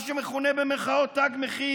מה שמכונה במירכאות "תג מחיר"